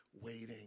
waiting